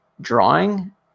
drawing